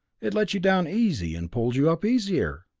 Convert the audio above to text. it lets you down easy, and pulls you up easier!